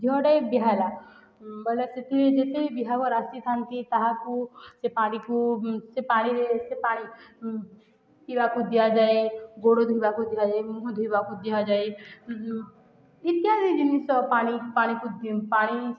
ଝିଅଟା ବିହା ହେଲା ବୋଇଲେ ସେଥିରେ ଯେତେ ବିହାଘର ଆସିଥାନ୍ତି ତାହାକୁ ସେ ପାଣିକୁ ସେ ପାଣିରେ ସେ ପାଣି ପିଇବାକୁ ଦିଆଯାଏ ଗୋଡ଼ ଧୋଇବାକୁ ଦିଆଯାଏ ମୁହଁ ଧୋଇବାକୁ ଦିଆଯାଏ ଇତ୍ୟାଦି ଜିନିଷ ପାଣି ପାଣିକୁ ପାଣି